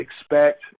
expect